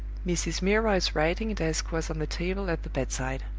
mrs. milroy's writing-desk was on the table at the bedside.